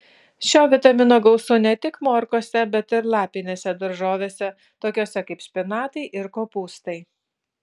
šio vitamino gausu ne tik morkose bet ir lapinėse daržovėse tokiose kaip špinatai ir kopūstai